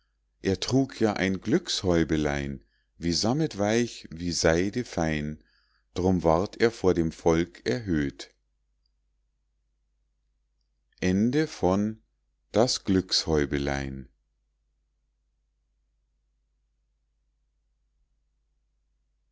er trug ja ein glückshäubelein wie sammet weich wie seide fein drum ward er vor dem volk erhöht